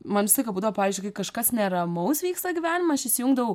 man visą laiką būdavo pavyzdžiui kai kažkas neramaus vyksta gyvenime aš įsijungdavau